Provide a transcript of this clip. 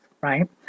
right